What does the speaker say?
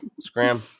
Scram